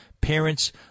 parents